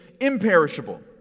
imperishable